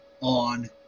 on